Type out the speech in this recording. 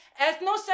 ethnocentric